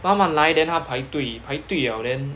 慢慢来 then 他排队排队了 then